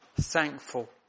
Thankful